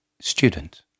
Student